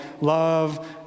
love